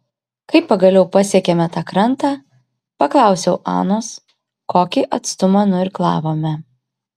kai pagaliau pasiekėme tą krantą paklausiau anos kokį atstumą nuirklavome